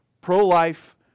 pro-life